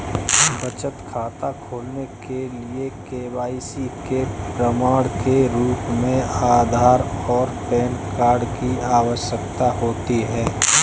बचत खाता खोलने के लिए के.वाई.सी के प्रमाण के रूप में आधार और पैन कार्ड की आवश्यकता होती है